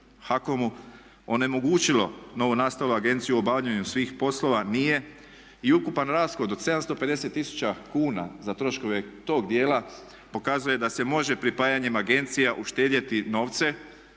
HAKOM-u onemogućilo novonastalu agenciju u obavljanju svih poslova nije. i ukupan rashod od 750000 kuna za troškove tog dijela pokazuje da se može pripajanjem agencija uštedjeti novce.